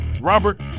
Robert